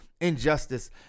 injustice